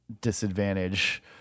disadvantage